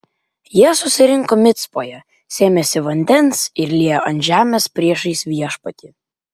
jie susirinko micpoje sėmėsi vandens ir liejo ant žemės priešais viešpatį